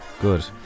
Good